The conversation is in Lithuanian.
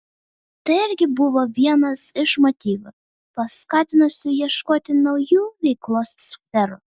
tai irgi buvo vienas iš motyvų paskatinusių ieškoti naujų veiklos sferų